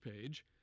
page